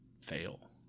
fail